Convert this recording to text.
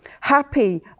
Happy